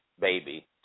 Baby